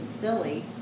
silly